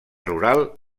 rural